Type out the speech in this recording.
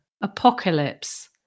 Apocalypse